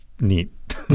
neat